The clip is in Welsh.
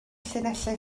llinellau